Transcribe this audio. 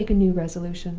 i will make a new resolution.